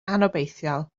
anobeithiol